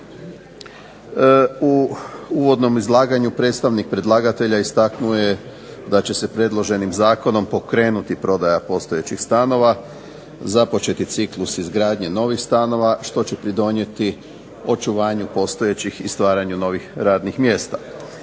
U uvodnom izlaganju predstavnik predlagatelja istaknuo je da će se predloženim zakonom pokrenuti prodaja postojećih stanova, započeti ciklus izgradnje novih stanova što će pridonijeti očuvanju postojećih i stvaranju novih radnih mjesta.